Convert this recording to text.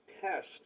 test